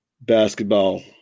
basketball